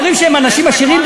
אומרים שהם אנשים עשירים,